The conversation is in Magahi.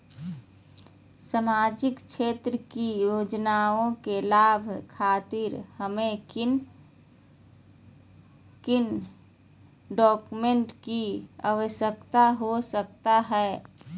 सामाजिक क्षेत्र की योजनाओं के लाभ खातिर हमें किन किन डॉक्यूमेंट की आवश्यकता हो सकता है?